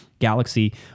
Galaxy